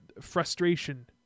frustration